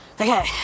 Okay